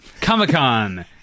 comic-con